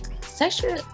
sexual